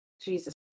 jesus